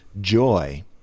joy—